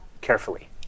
carefully